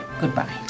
goodbye